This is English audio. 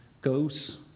goes